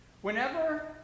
Whenever